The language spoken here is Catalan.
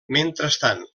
mentrestant